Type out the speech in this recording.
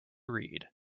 read